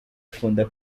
akunda